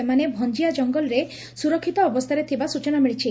ସେମାନେ ଭଞିଆ ଜଙ୍ଗଲରେ ସ୍ରର୍ଷିତ ଅବସ୍ଚାରେ ଥିବା ସୂଚନା ମିଳିଛି